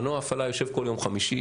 מנוע ההפעלה יושב כל יום חמישי.